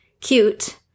cute